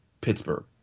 Pittsburgh